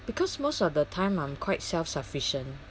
because most of the time I'm quite self sufficient